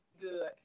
good